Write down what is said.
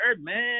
man